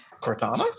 Cortana